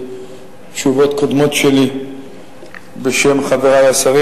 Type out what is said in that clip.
ובתשובות קודמות שלי בשם חברי השרים,